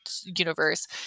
universe